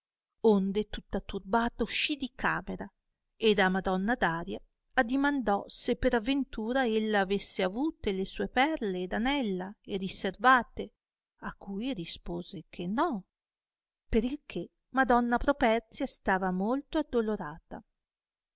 onde tutta turbata uscì di camera ed a madonna daria addimandò se per avventura ella avesse avute le sue perle ed anella e riservate a cui rispose che no per il che madonna properzia stava molto addolorata